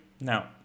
Now